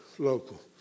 local